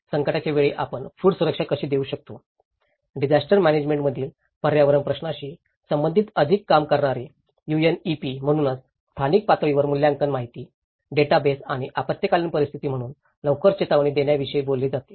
संकटाच्या वेळी आपण फूड सुरक्षा कशी देऊ शकतो डिजास्टर म्यानेजमेंटातील पर्यावरणीय प्रश्नांशी संबंधित अधिक काम करणारे यूएनईपी म्हणूनच स्थानिक पातळीवर मूल्यांकन माहिती डेटाबेस आणि आपत्कालीन परिस्थिती म्हणून लवकर चेतावणी देण्याविषयी बोलले जाते